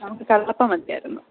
നമുക്ക് കള്ളപ്പം മതിയായിരുന്നു